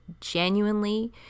genuinely